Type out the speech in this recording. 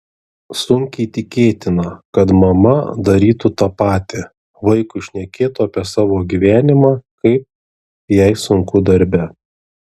sunkiai tikėtina kad mama darytų tą patį vaikui šnekėtų apie savo gyvenimą kaip jai sunku darbe